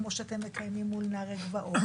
כמו שאתם מקיימים מול נערי הגבעות,